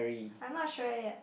I'm not sure yet